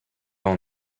all